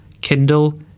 Kindle